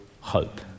hope